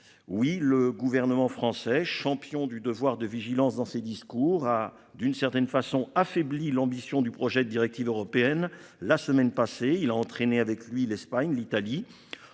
Oui, le gouvernement français champions du devoir de vigilance dans ses discours a d'une certaine façon affaiblit l'ambition du projet de directive européenne la semaine passée, il a entraîné avec lui, l'Espagne, l'Italie.